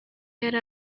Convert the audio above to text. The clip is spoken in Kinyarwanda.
yari